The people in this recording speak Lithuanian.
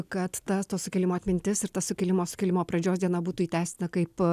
kad ta to sukilimo atmintis ir tas sukilimo sukilimo pradžios diena būtų įteisinta kaip